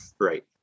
Right